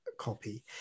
copy